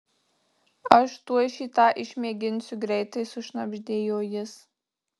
aš tuoj šį tą išmėginsiu greitai sušnabždėjo jis